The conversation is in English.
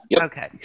Okay